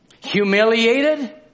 humiliated